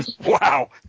Wow